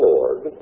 Lord